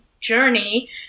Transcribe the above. journey